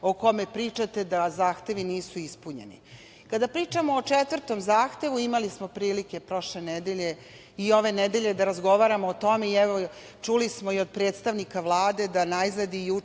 o kome pričate da zahtevi nisu ispunjeni? Kada pričamo o četvrtom zahtevu, imali smo prilike prošle nedelje i ove nedelje da razgovaramo o tome i čuli smo i od predstavnika Vlade da najzad i